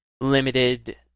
limited